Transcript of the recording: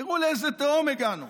תראו לאיזו תהום הגענו.